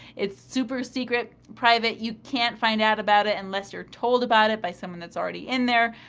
it's super secret private. you can't find out about it unless you're told about it by someone that's already in there.